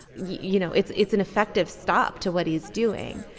you know, it's it's an effective stop to what he's doing.